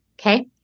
okay